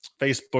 Facebook